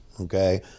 okay